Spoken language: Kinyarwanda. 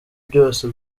byose